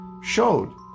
showed